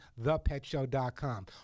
thepetshow.com